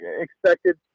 expected